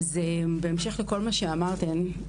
בהמשך לכל מה שאמרתן,